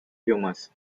tumors